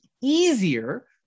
easier